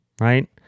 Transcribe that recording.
right